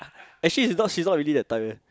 actually she's not she's not really that type eh